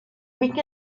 week